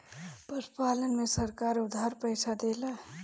पशुपालन में सरकार उधार पइसा देला?